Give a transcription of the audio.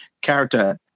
character